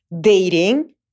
dating